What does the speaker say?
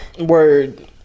Word